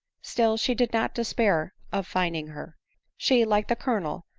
still she did not despair of finding her she, like the colonel,